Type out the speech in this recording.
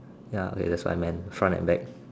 ya that's what I meant front and back